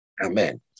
Amen